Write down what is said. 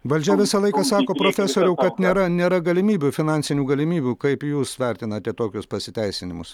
valdžia visą laiką sako profesoriau kad nėra nėra galimybių finansinių galimybių kaip jūs vertinate tokius pasiteisinimus